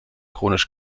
chronisch